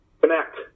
connect